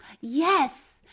Yes